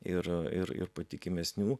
ir ir ir patikimesnių